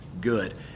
good